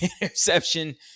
interception